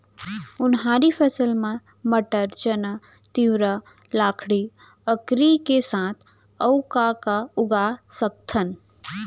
उनहारी फसल मा मटर, चना, तिंवरा, लाखड़ी, अंकरी के साथ अऊ का का उगा सकथन?